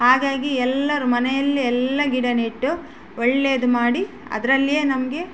ಹಾಗಾಗಿ ಎಲ್ಲರೂ ಮನೆಯಲ್ಲೇ ಎಲ್ಲ ಗಿಡ ನೆಟ್ಟು ಒಳ್ಳೆದು ಮಾಡಿ ಅದರಲ್ಲಿಯೇ ನಮಗೆ